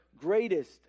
greatest